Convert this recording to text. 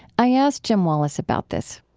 i asked jim wallis about this